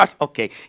okay